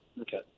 Okay